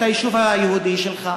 את היישוב היהודי שלך.